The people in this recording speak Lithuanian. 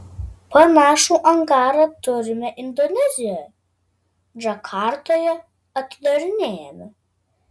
panašų angarą turime indonezijoje džakartoje atidarinėjame